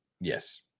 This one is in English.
Yes